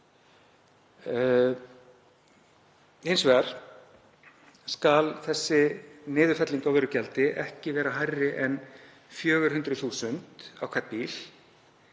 Hins vegar skal þessi niðurfelling á vörugjaldi ekki vera hærri en 400.000 kr. á hvern bíl